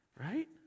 right